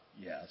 Yes